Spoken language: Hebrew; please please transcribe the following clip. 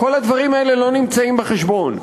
כל הדברים האלה לא נמצאים בחשבון.